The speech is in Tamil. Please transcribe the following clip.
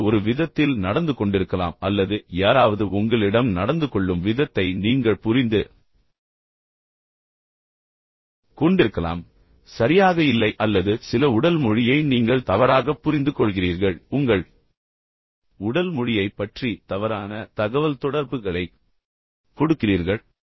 நீங்கள் ஒரு விதத்தில் நடந்து கொண்டிருக்கலாம் அல்லது யாராவது உங்களிடம் நடந்து கொள்ளும் விதத்தை நீங்கள் புரிந்து கொண்டிருக்கலாம் சரியாக இல்லை அல்லது சில உடல் மொழியை நீங்கள் தவறாகப் புரிந்துகொள்கிறீர்கள் உங்கள் உடல் மொழியைப் பற்றி தவறான தகவல்தொடர்புகளைக் கொடுக்கிறீர்கள்